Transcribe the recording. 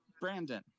Brandon